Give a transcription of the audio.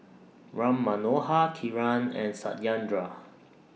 Ram Manohar Kiran and Satyendra